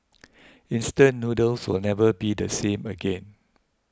instant noodles will never be the same again